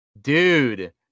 dude